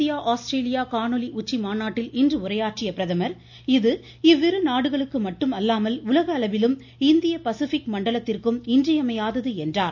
இந்திய ஆஸ்திரேலியா காணொலி உச்சி மாநாட்டில் இன்று உரையாற்றிய பிரதமர் இது இவ்விரு நாடுகளுக்கு மட்டுமல்லாமல் உலகளவிலும் இந்திய பசிபிக் மண்டலத்திற்கும் இன்றியமையாதது என்றார்